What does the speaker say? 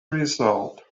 result